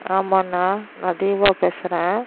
ஆமாண்ணா நான் தீபா பேசுகிறேன்